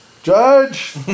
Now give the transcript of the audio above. Judge